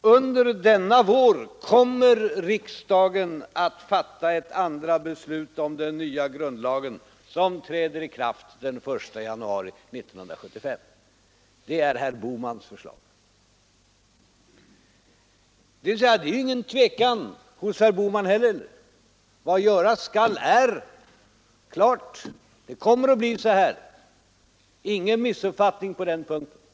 ”Under denna vår kommer riksdagen att fatta ett andra beslut om den nya grundlagen, som träder i kraft den 1 januari 1975.” Det råder alltså ingen tvekan hos herr Bohman heller: Vad göras skall är redan gjort. Det kommer att bli så här, det är ingen missuppfattning på den punkten.